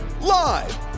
Live